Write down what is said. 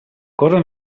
cosa